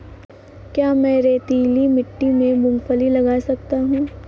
क्या मैं रेतीली मिट्टी में मूँगफली लगा सकता हूँ?